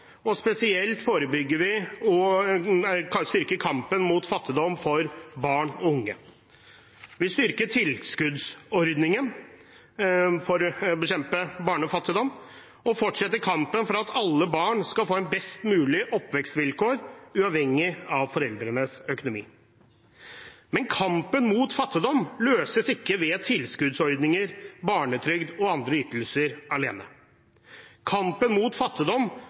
barn og unge. Vi styrker tilskuddsordningen for å bekjempe barnefattigdom og fortsetter kampen for at alle barn skal få best mulige oppvekstvilkår uavhengig av foreldrenes økonomi. Men kampen mot fattigdom løses ikke ved tilskuddsordninger, barnetrygd og andre ytelser alene. Kampen mot fattigdom